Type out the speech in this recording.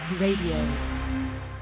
Radio